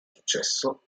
successo